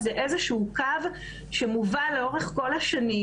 זה איזשהו קו שמובל לאורך כל השנים,